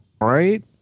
right